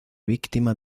víctima